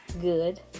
good